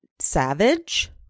savage